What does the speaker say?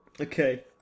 Okay